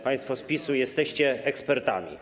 Państwo z PiS-u, jesteście ekspertami.